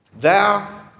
Thou